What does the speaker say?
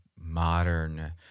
modern